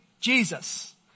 Jesus